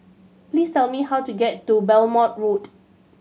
please tell me how to get to Belmont Road